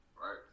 Right